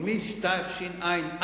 ומתשע"א,